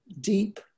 deep